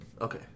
Okay